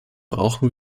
brauchen